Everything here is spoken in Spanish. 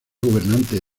gobernante